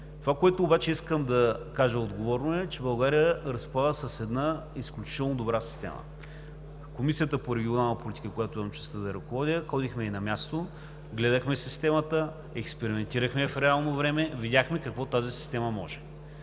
Това, което обаче искам да кажа отговорно, е, че България разполага с една изключително добра система. Комисията по регионална политика, която имам честта да ръководя, ходихме и на място, гледахме системата, експериментирахме я в реално време, видяхме какво може.